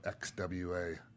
XWA